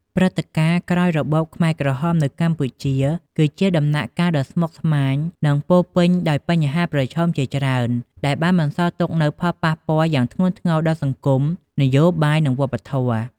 ព្រឹត្តិការណ៍ក្រោយរបបខ្មែរក្រហមនៅកម្ពុជា គឺជាដំណាក់កាលដ៏ស្មុគស្មាញ និងពោរពេញដោយបញ្ហាប្រឈមជាច្រើន ដែលបានបន្សល់ទុកនូវផលប៉ះពាល់យ៉ាងធ្ងន់ធ្ងរដល់សង្គម នយោបាយ និងវប្បធម៌។